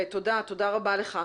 תודה רבה לך.